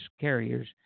carriers